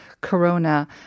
corona